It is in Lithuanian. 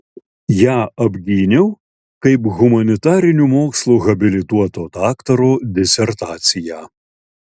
ją apgyniau kaip humanitarinių mokslų habilituoto daktaro disertaciją